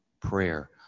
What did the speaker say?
prayer